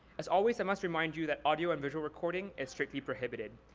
as always i must remind you that audio and visual recording is strictly prohibited.